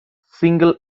single